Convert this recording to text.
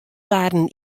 waarden